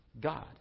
God